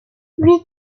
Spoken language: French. huit